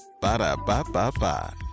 Ba-da-ba-ba-ba